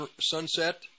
sunset